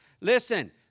Listen